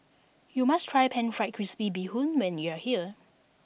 you must try pan fried crispy bee hoon when you are here